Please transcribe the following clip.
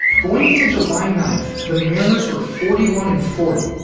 going into july ninth, the mariners were forty one and forty,